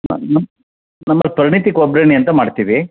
ನಮ್ಮಲ್ಲಿ ಪರಿಣಿತಿ ಕೊಬ್ಬರಿ ಎಣ್ಣೆ ಅಂತ ಮಾಡ್ತೀವಿ